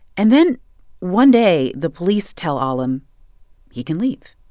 and then one day, the police tell alim he can leave,